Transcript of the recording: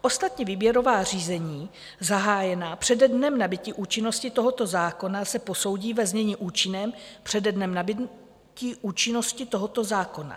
Ostatní výběrová řízení zahájená přede dnem nabytí účinnosti tohoto zákona se posoudí ve znění účinném přede dnem nabytí účinnosti tohoto zákona.